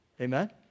Amen